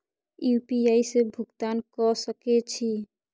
UPI से भुगतान क सके छी?